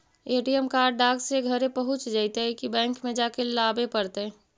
ATM card डाक से घरे पहुँच जईतै कि बैंक में जाके लाबे पड़तै?